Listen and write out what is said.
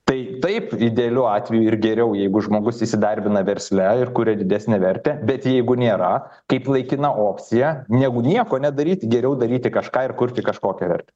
tai taip idealiu atveju ir geriau jeigu žmogus įsidarbina versle ir kuria didesnę vertę bet jeigu nėra kaip laikina opcija negu nieko nedaryt geriau daryti kažką ir kurti kažkokią vertę